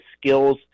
skills